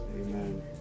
Amen